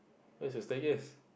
where is your staircase